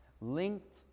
linked